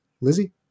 Lizzie